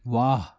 वाह